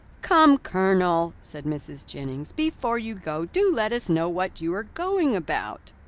come colonel, said mrs. jennings, before you go, do let us know what you are going about.